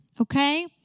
okay